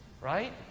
right